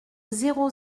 zéro